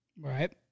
Right